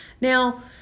now